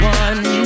one